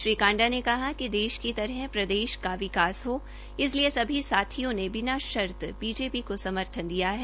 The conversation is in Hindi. श्री कांडा ने कहा कि देश की तरह प्रदेश का विकास हो इसलिए सभी साथियों ने बिना शर्त बीजेपी को समर्थन दिया है